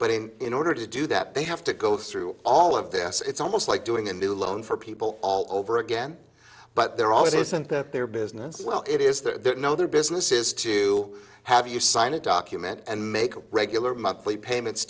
but in in order to do that they have to go through all of this it's almost like doing a new loan for people all over again but they're always isn't that their business well it is their know their business is to have you sign a document and make a regular monthly payments